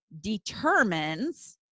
determines